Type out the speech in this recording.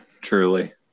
truly